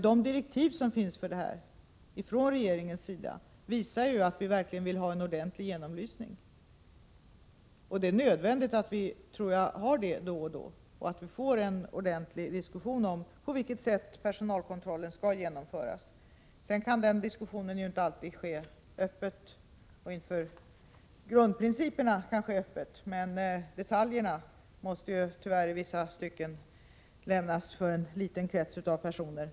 De direktiv som regeringen har givit visar att vi verkligen vill ha en ordentlig genomlysning. Jag tror att det är nödvändigt att det sker en sådan då och då och att vi får en ordentlig diskussion om på vilket sätt personalkontrollen skall genomföras. Grundprinciperna kan kanske diskuteras öppet, men detaljerna måste tyvärr i vissa stycken lämnas åt en liten grupp av personer.